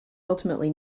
ultimately